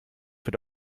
wird